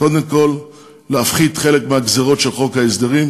קודם כול להפחית חלק מהגזירות של חוק ההסדרים